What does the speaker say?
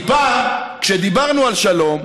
כי פעם כשדיברנו על שלום,